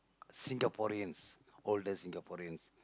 Singaporeans older Singaporeans